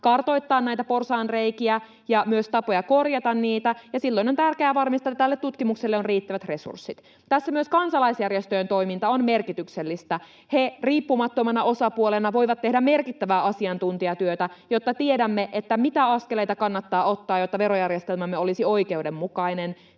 kartoittaa näitä porsaanreikiä ja myös tapoja korjata niitä, ja silloin on tärkeää varmistaa, että tälle tutkimukselle on riittävät resurssit. Tässä myös kansalaisjärjestöjen toiminta on merkityksellistä. He riippumattomana osapuolena voivat tehdä merkittävää asiantuntijatyötä, jotta tiedämme, mitä askeleita kannattaa ottaa, jotta verojärjestelmämme olisi oikeudenmukainen,